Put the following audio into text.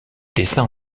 dessin